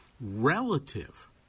relative